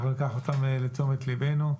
אנחנו ניקח אותן לתשומת ליבנו.